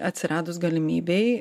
atsiradus galimybei